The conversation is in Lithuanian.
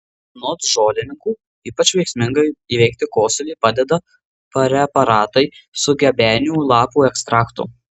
anot žolininkų ypač veiksmingai įveikti kosulį padeda preparatai su gebenių lapų ekstraktu